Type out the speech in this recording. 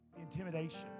Intimidation